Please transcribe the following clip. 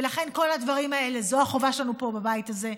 ולכן כל הדברים האלה, זו החובה שלנו פה, בבית הזה.